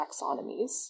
taxonomies